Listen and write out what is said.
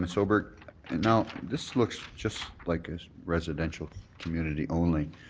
um so but you know this looks just like a residential community only.